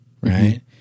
right